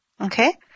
Okay